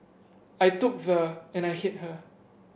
I took the and I hit her